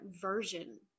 version